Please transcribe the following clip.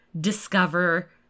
discover